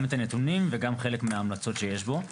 גם את הנתונים וגם חלק מההמלצות שיש בו.